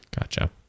Gotcha